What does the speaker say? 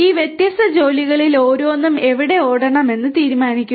ഈ വ്യത്യസ്ത ജോലികളിൽ ഓരോന്നും എവിടെ ഓടണമെന്ന് തീരുമാനിക്കുക